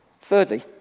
thirdly